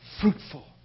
fruitful